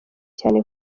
cyane